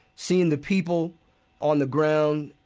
seeing the people on the ground,